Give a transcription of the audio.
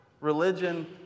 Religion